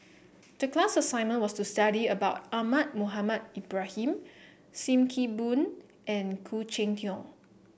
the class assignment was to study about Ahmad Mohamed Ibrahim Sim Kee Boon and Khoo Cheng Tiong